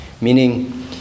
Meaning